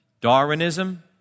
Darwinism